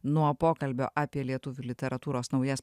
nuo pokalbio apie lietuvių literatūros naujas